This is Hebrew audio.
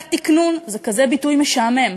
תת-תקנון זה כזה ביטוי משעמם,